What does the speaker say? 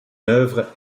œuvre